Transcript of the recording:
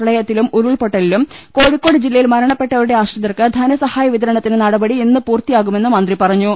പ്രളയത്തിലും ഉരുൾപൊട്ട ലിലും കോഴിക്കോട് ജില്ലയിൽ മരണപ്പെട്ടവരുടെ ആശ്രിതർക്ക് ധന സഹായ വിതരണത്തിന് നടപടി ഇന്ന് പൂർത്തിയാകുമെന്നും മന്ത്രി പറഞ്ഞു